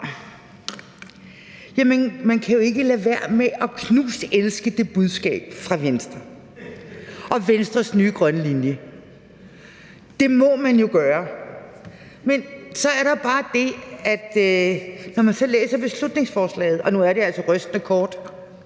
Jamen man kan jo ikke lade være med at knuselske det budskab fra Venstre og Venstres nye grønne linje. Det må man jo gøre. Men så er der bare det, at når man så læser beslutningsforslaget – og nu er det altså rystende kort